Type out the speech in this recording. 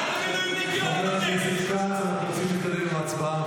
חבר הכנסת כץ, אנחנו רוצים להתקדם עם ההצבעה.